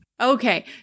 Okay